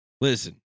Listen